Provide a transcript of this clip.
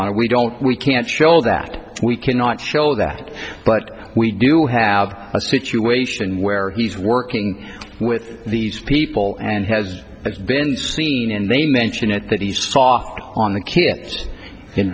honor we don't we can't show that we cannot show that but we do have a situation where he's working with these people and has been seen and they mention it that he saw on the kids